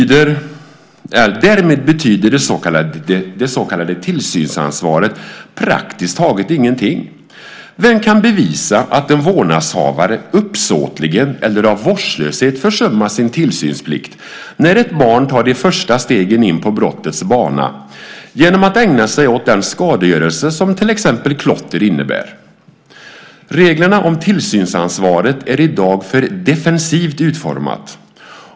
Därmed betyder det så kallade tillsynsansvaret praktiskt taget ingenting. Vem kan bevisa att en vårdnadshavare uppsåtligen eller av vårdslöshet försummat sin tillsynsplikt när ett barn tar de första stegen in på brottets bana genom att ägna sig åt den skadegörelse som till exempel klotter innebär? Reglerna om tillsynsansvaret är i dag för defensivt utformade.